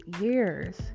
years